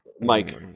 Mike